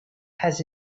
has